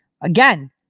Again